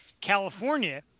California